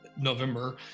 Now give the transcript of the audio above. november